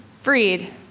freed